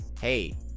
hey